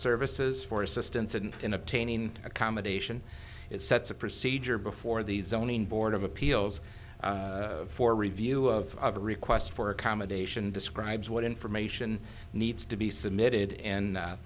services for assistance and in obtaining accommodation it sets a procedure before the zoning board of appeals for review of the request for accommodation describes what information needs to be submitted